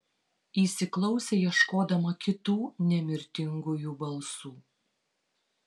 įsiklausė ieškodama kitų nemirtingųjų balsų